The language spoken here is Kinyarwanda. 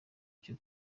cyo